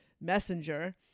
Messenger